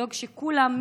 ולדאוג שכולם,